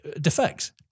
defects